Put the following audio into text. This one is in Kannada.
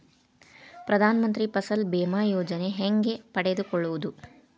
ಪ್ರಧಾನ ಮಂತ್ರಿ ಫಸಲ್ ಭೇಮಾ ಯೋಜನೆ ಹೆಂಗೆ ಪಡೆದುಕೊಳ್ಳುವುದು?